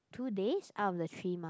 two days out of the three month